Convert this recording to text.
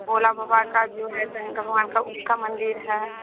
भोला बाबा का जो है शंकर भगवान का उसका मंदिर है